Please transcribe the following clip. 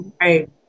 right